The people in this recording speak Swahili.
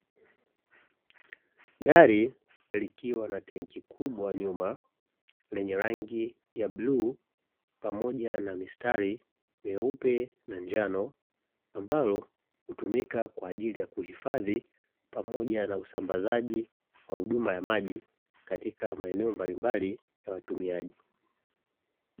Gari likiwa na tenki kubwa nyuma lenye rangi ya bluu pamoja na mistari meupe na njano, ambalo hutumika kwa ajili ya kuhifadhi pamoja na usambazaji wa huduma ya maji katika maeneo mbalimbali ya watumiaji.